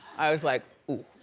i was like ooh,